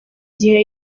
gihe